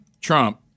Trump